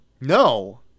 No